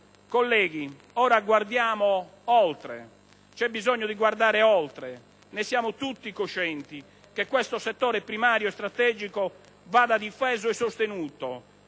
Colleghi, ora guardiamo oltre, c'è bisogno di guardare oltre. Siamo tutti coscienti che questo settore primario e strategico va difeso e sostenuto: